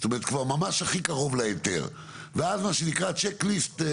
זאת אומרת כבר ממש הכי קרוב להיתר ואז מה שנקרא צ'ק ליסט.